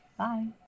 bye